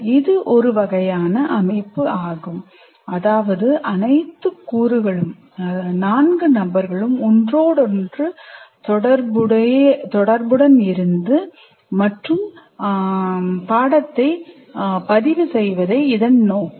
இது ஒரு வகையான அமைப்பாகும் அதாவது அனைத்து கூறுகளும் நான்கு நபர்களும் ஒன்றோடொன்று தொடர்புடையவை மற்றும் பதிவு செய்வதே இதன் நோக்கம்